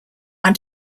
are